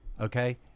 Okay